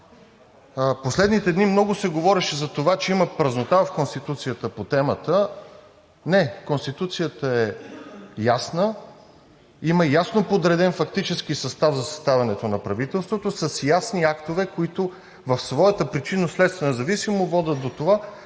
Последните дни много се говореше за това, че има празнота в Конституцията по темата. Не, Конституцията е ясна, има ясно подреден фактически състав за съставянето на правителството, с ясни актове, които в своята причинно-следствена зависимост водят до това